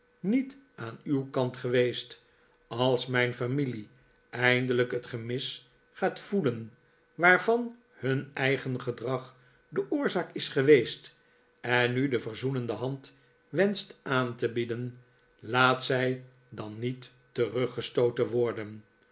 niet aan uw kant geweest als mijn familie eindelijk het gemis gaat voelen waarvan hun eigen gedrag de oorzaak is geweest en nu de verzoenende hand wenscht aan te bieden laat zij dan niet teruggestooten worden